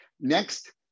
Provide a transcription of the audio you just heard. Next